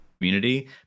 community